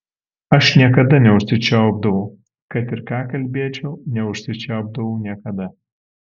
aš niekada neužsičiaupdavau kad ir ką kalbėčiau neužsičiaupdavau niekada